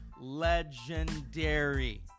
Legendary